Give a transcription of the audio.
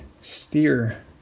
steer